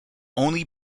only